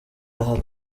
aha